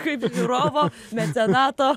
kaip žiūrovo mecenato